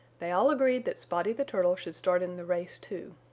they all agreed that spotty the turtle should start in the race too.